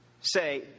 say